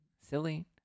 Silly